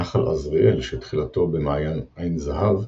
נחל עזריאל שתחילתו במעיין "עין זהב"